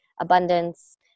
abundance